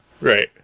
Right